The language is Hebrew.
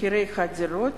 מחירי הדירות